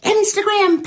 Instagram